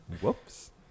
Whoops